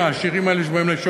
ולחדש